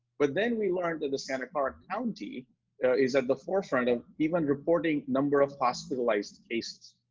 but then we learned that the santa clarke county is at the forefront of even reporting number of hospitalized cases.